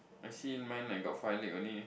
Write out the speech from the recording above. I see mine like got five leg only